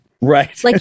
Right